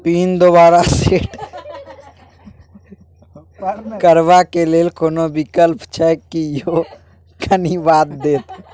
Pin दोबारा set करबा के लेल कोनो विकल्प छै की यो कनी बता देत?